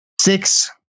Six